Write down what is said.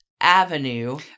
Avenue